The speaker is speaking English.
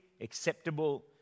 acceptable